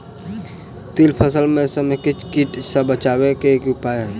तिल फसल म समेकित कीट सँ बचाबै केँ की उपाय हय?